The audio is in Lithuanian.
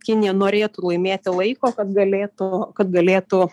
kinija norėtų laimėti laiko kad galėtų kad galėtų